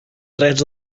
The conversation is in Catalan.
drets